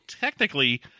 technically